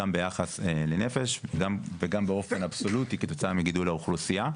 גם ביחס לנפש וגם באופן אבסולוטי כתוצאה מגידול האוכלוסייה.